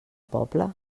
poble